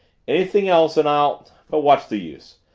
anything else and i'll but what's the use?